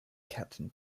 captain